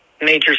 Major